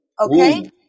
Okay